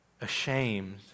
ashamed